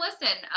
listen